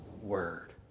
word